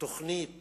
תוכנית